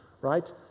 right